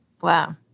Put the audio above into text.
Wow